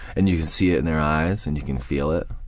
and you can see it in their eyes and you can feel it,